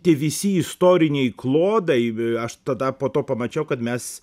tie visi istoriniai klodai aš tada po to pamačiau kad mes